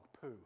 poo